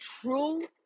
true